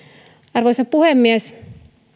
arvoisa puhemies